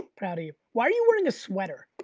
proud of you, why are you wearing a sweater?